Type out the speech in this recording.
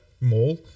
mall